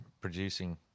producing